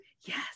Yes